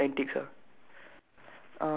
which shop the one the beside antiques ah